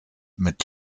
mit